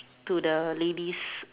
to the lady's